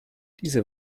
diese